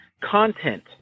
content